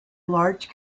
large